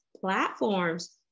platforms